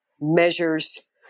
measures